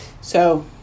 So-